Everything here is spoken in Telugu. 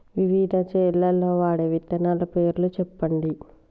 వివిధ చేలల్ల వాడే విత్తనాల పేర్లు చెప్పండి?